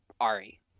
Ari